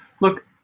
look